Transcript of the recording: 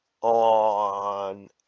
on